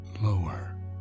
lower